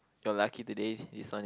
you're lucky today it's on